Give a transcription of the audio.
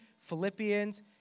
Philippians